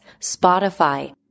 Spotify